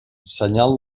senyal